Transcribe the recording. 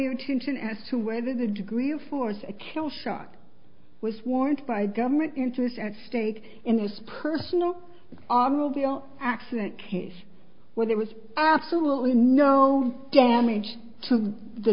your attention as to whether the degree of force a kill shot was warranted by government interest at stake in this personal ababil accident case where there was absolutely no damage to the